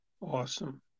Awesome